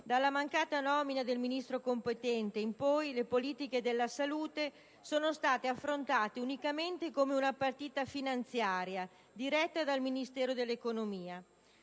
Dalla mancata nomina del Ministro competente in poi, le politiche della salute sono state affrontate unicamente come una partita finanziaria diretta dal Ministero dell'economia.